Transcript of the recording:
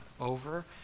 over